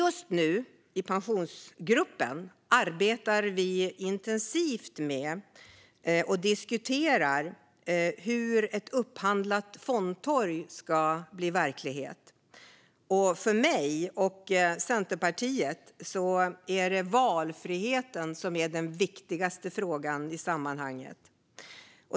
Just nu arbetar vi i Pensionsgruppen intensivt med och diskuterar hur ett upphandlat fondtorg ska bli verklighet. För mig och Centerpartiet är det valfriheten som är viktigast i sammanhanget.